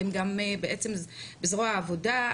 אתם גם זרוע העבודה,